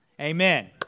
Amen